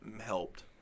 helped